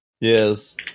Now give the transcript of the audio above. Yes